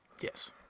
Yes